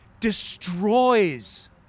destroys